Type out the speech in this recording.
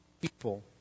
people